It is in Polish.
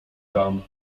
tam